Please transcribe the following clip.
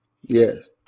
Yes